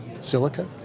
silica